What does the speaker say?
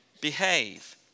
behave